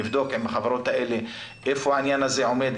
עם החברות האלה איפה העניין הזה עומד,